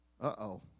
Uh-oh